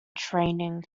training